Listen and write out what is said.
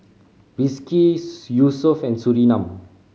Rizqi Yusuf and Surinam